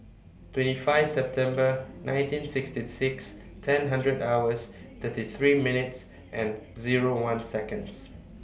twenty five September nineteen sixty six ten hundred hours thirty three minutes and Zero one Seconds